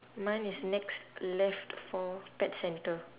mine is next left for pet centre